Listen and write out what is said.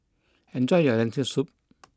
enjoy your Lentil Soup